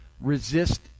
resist